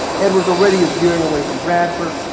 edwards already is veering away from bradford.